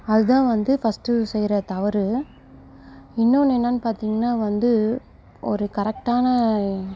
அது தான் வந்து ஃபஸ்ட்டு செய்கிற தவறு இன்னொன்று என்னென்னு பார்த்தீங்கனா வந்து ஒரு கரெக்டான